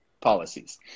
policies